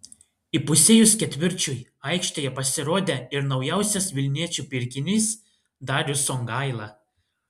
įpusėjus ketvirčiui aikštėje pasirodė ir naujausias vilniečių pirkinys darius songaila